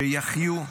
שיחיו ------ לממש.